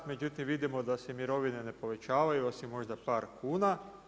Međutim, vidimo da se mirovine ne povećavaju osim možda par kuna.